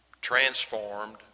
transformed